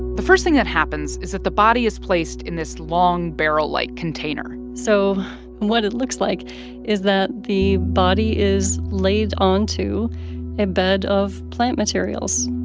the first thing that happens is that the body is placed in this long barrel-like container so what it looks like is that the body is laid onto a bed of plant materials.